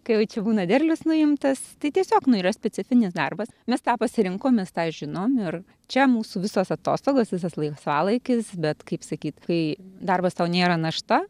kai jau čia būna derlius nuimtas tai tiesiog nu yra specifinis darbas mes tą pasirinkom me tą žinom ir čia mūsų visos atostogos visas laisvalaikis bet kaip sakyt kai darbas tau nėra našta